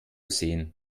sehen